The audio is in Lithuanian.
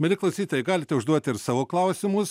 mieli klausytojai galite užduoti ir savo klausimus